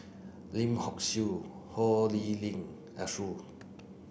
Lim Hock Siew Ho Lee Ling Arasu